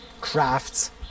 Crafts